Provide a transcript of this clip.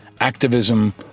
activism